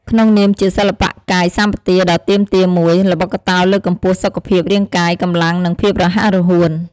ក្នុងនាមជាសិល្បៈកាយសម្បទាដ៏ទាមទារមួយ ល្បុក្កតោលើកកម្ពស់សុខភាពរាងកាយ កម្លាំង និងភាពរហ័សរហួន។